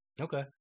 Okay